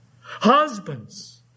Husbands